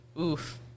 Oof